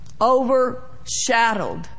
overshadowed